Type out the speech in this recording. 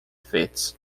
fits